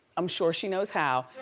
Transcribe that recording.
i'm sure she knows how.